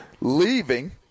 leaving